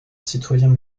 citoyens